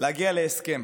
להגיע להסכם.